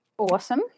Awesome